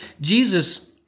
Jesus